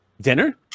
dinner